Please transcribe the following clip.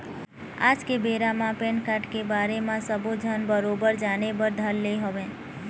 आज के बेरा म पेन कारड के बारे म सब्बो झन बरोबर जाने बर धर ले हवय